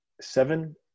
seven